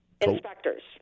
inspectors